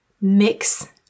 Mix